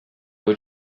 were